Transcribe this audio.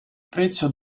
prezzo